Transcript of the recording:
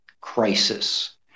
crisis